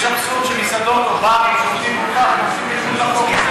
יש אבסורד שמסעדות או ברים שעובדים, מחוץ לחוק.